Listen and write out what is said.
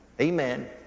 Amen